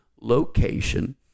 location